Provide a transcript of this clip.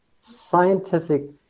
scientific